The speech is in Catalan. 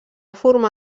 formar